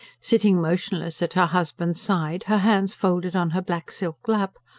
sitting motionless at her husband's side, her hands folded on her black silk lap,